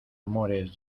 amores